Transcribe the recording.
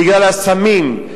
בגלל הסמים,